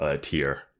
tier